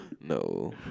No